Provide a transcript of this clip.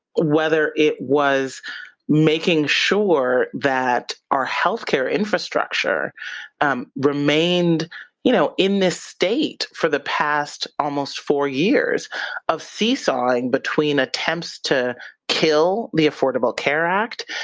whether it was making sure that our healthcare infrastructure um remained you know in this state for the past almost four years of seesawing between attempts to kill the affordable care act,